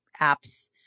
apps